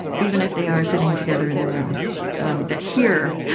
even if they are sitting together in the room that here